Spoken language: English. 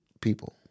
people